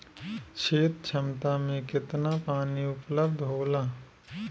क्षेत्र क्षमता में केतना पानी उपलब्ध होला?